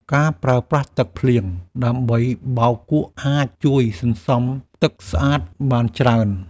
ការប្រើប្រាស់ទឹកភ្លៀងដើម្បីបោកគក់អាចជួយសន្សំទឹកស្អាតបានច្រើន។